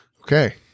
Okay